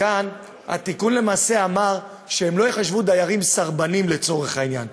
כאן התיקון למעשה אמר שהם לא ייחשבו דיירים סרבנים לצורך העניין,